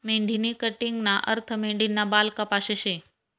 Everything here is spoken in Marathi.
मेंढीनी कटिंगना अर्थ मेंढीना बाल कापाशे शे